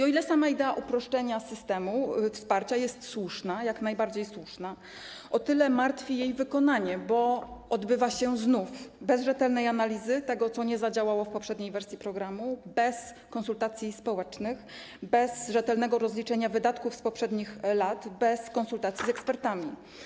O ile sama idea uproszczenia systemu wsparcia jest słuszna, jak najbardziej słuszna, o tyle martwi jej wykonanie, bo odbywa się znów bez rzetelnej analizy tego, co nie zadziałało w poprzedniej wersji programu, bez konsultacji społecznych, bez rzetelnego rozliczenia wydatków z poprzednich lat, bez konsultacji z ekspertami.